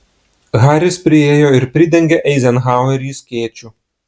haris priėjo ir pridengė eizenhauerį skėčiu